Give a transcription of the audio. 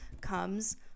comes